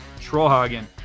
Trollhagen